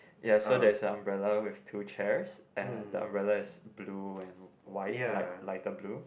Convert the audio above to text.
yes so there's a umbrella with two chairs and the umbrella is blue and white like lighter blue